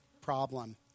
problem